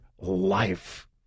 life